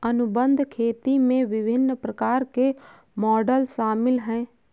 अनुबंध खेती में विभिन्न प्रकार के मॉडल शामिल हैं